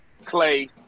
Clay